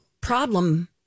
problem